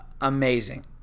Amazing